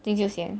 金秀贤